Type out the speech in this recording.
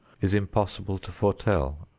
is impossible to foretell.